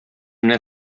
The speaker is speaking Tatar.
менә